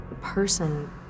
person